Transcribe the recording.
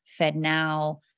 FedNow